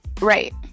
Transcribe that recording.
Right